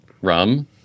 rum